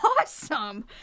awesome